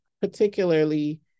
particularly